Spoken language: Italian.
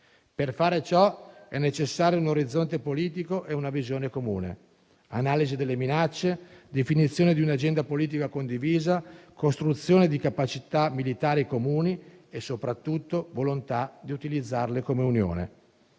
Per fare ciò sono necessari un orizzonte politico e una visione comune: analisi delle minacce, definizione di un'agenda politica condivisa, costruzione di capacità militari comuni e, soprattutto, volontà di utilizzarle come Unione.